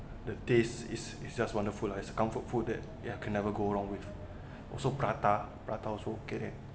the taste is it's just wonderful lah it's a comfort food that you can never go wrong with also prata prata also okay